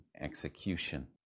execution